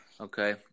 Okay